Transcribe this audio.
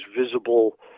visible